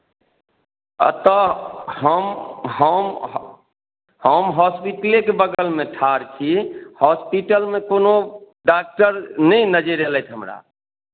आ तऽ हम हम हम हॉस्पिटलेके बगलमे ठाढ़ छी हॉस्पिटलमे कोनो डॉक्टर नहि नजरि अयलथि हमरा